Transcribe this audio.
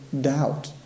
doubt